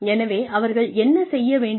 எனவே அவர்கள் என்ன செய்ய வேண்டும்